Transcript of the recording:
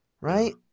Right